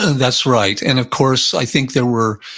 that's right. and of course, i think there were,